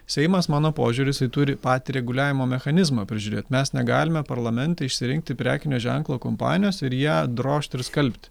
seimas mano požiūriu jisai turi patį reguliavimo mechanizmą prižiūrėti mes negalime parlamente išsirinkti prekinio ženklo kompanijos ir ją drožti ir skalbti